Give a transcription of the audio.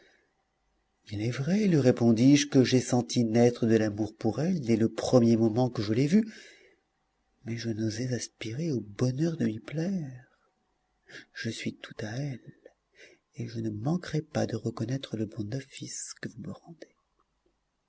il est vrai lui répondis-je que j'ai senti naître de l'amour pour elle dès le premier moment que je l'ai vue mais je n'osais aspirer au bonheur de lui plaire je suis tout à elle et je ne manquerai pas de reconnaître le bon office que vous me rendez